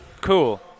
cool